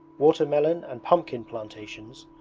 water melon and pumpkin plantations,